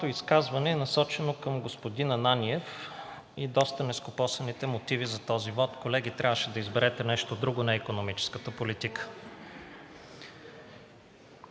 изказване е насочено към господин Ананиев и доста нескопосаните мотиви за този вот. Колеги, трябваше да изберете нещо друго, не икономическата политика.